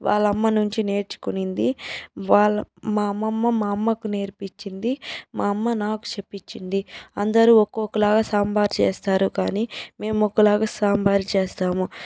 వాళ్ళ అమ్మ నుంచి నేర్చుకునింది వాళ్ళ మా అమ్మమ్మ మా అమ్మకు నేర్పిచ్చింది మా అమ్మ నాకు చెప్పిచ్చింది అందరూ ఒక్కొక్కలాగ సాంబార్ చేస్తారు కానీ మేము ఒకలాగ సాంబార్ చేస్తాము